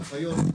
הנחיות.